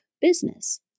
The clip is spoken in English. business